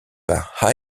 par